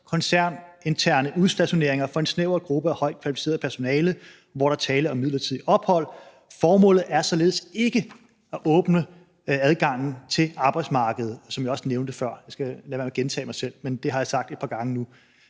koncerninterne udstationeringer for en snæver gruppe af højt kvalificeret personale, hvor der er tale om midlertidigt ophold. Formålet er således ikke at åbne adgangen til arbejdsmarkedet, som jeg også nævnte før. Jeg skal lade være med at gentage mig selv, men det har jeg sagt et par gange nu.